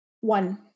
one